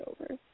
over